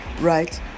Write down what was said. right